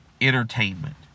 entertainment